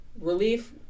relief